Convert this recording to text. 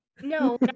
No